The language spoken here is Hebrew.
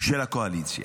של הקואליציה.